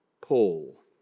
Paul